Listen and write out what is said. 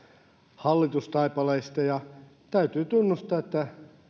hallitustaipaleesta ja täytyy tunnustaa että